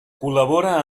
col·labora